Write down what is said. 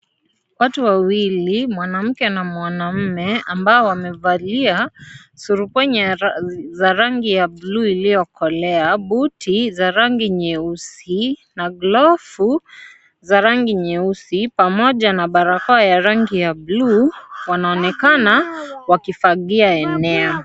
Watu wawili mwanamke na mwanaume ambao wamevalia surupwenye ya rangi ya bluu iliyokolea buti za rangi nyeusi na glavu za rangi nyeusi pamoja na barakoa ya rangi ya bluu wanaonekana wakifagia eneo.